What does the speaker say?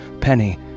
Penny